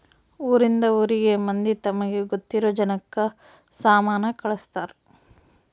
ಊರಿಂದ ಊರಿಗೆ ಮಂದಿ ತಮಗೆ ಗೊತ್ತಿರೊ ಜನಕ್ಕ ಸಾಮನ ಕಳ್ಸ್ತರ್